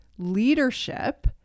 leadership